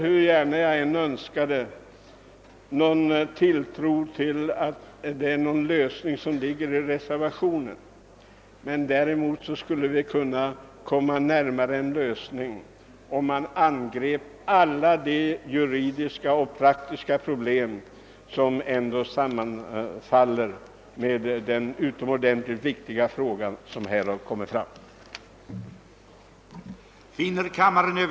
Hur gärna jag än vill kan jag inte tro att reservationen skulle innebära någon lösning, men däremot skulle vi kunna komma närmare en lösning om alla de juridiska och praktiska problem angreps som ändå hänger samman med den utomordentligt viktiga fråga som här behandlas.